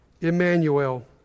Emmanuel